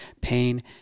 pain